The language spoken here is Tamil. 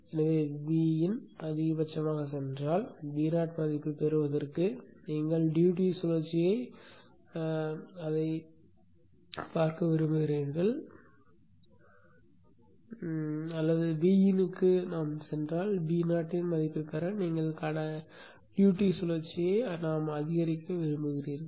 எனவே Vin அதிகபட்சமாகச் சென்றால் அதே Vo மதிப்பைப் பெறுவதற்கு நீங்கள் டியூட்டி சுழற்சியை நிமிடமாக்க விரும்புகிறீர்கள் அல்லது Vin போனால் Vo இன் மதிப்பைப் பெற நீங்கள் கடமைச் சுழற்சியை அதிகரிக்க விரும்புகிறீர்கள்